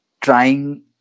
trying